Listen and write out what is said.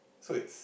so it's